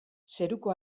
zeruko